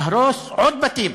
להרוס עוד בתים